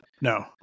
No